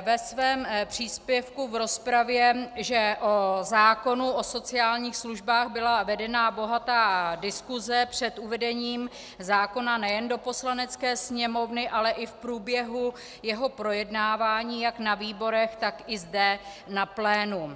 ve svém příspěvku v rozpravě, že o zákonu o sociálních službách byla vedena bohatá diskuse před uvedením zákona nejen do Poslanecké sněmovny, ale i v průběhu jeho projednávání jak na výborech, tak i zde na plénu.